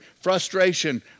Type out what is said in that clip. frustration